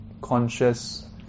conscious